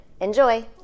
Enjoy